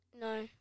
No